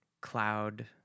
cloud